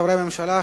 חברי הממשלה,